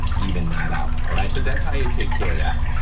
even that out. all right, but that's how you take care of that.